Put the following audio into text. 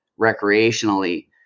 recreationally